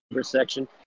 section